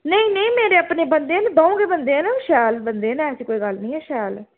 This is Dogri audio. नेईं नेईं मेरे अपने बंदे न द'ऊं गै बंदे न शैल बंदे न ऐसी कोई गल्ल निं ऐ शैल न